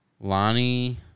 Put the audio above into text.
Lonnie